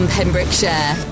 Pembrokeshire